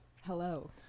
Hello